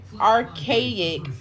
archaic